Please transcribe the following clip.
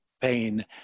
pain